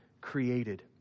created